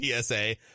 PSA